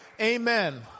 Amen